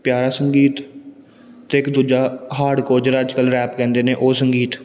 ਪਿਆਰਾ ਸੰਗੀਤ ਅਤੇ ਇੱਕ ਦੂਜਾ ਹਾਰਡਕੋਰ ਜਿਹੜਾ ਅੱਜ ਕੱਲ੍ਹ ਰੈਪ ਕਹਿੰਦੇ ਨੇ ਉਹ ਸੰਗੀਤ